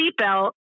seatbelt